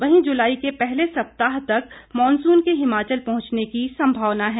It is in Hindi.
वहीं जुलाई के पहले सप्ताह तक मॉनसून के हिमाचल पहुंचने की संभावना है